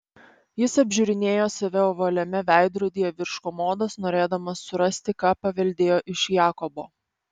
jis apžiūrinėjo save ovaliame veidrodyje virš komodos norėdamas surasti ką paveldėjo iš jakobo